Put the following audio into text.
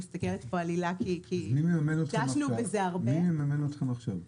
מי מממן אתכם עכשיו?